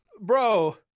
bro